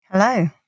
Hello